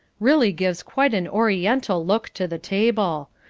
really gives quite an oriental look to the table.